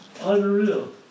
Unreal